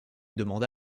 demande